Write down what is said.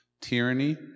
Tyranny